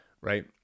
right